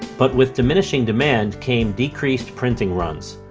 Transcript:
but with diminishing demand came decreased printing runs.